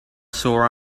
sore